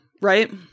right